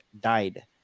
Died